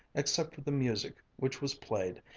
except for the music which was played,